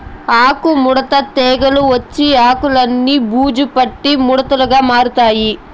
ఆకు ముడత తెగులు వచ్చి ఆకులన్ని బూజు పట్టి ముడతలుగా మారతాయి